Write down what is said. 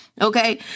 Okay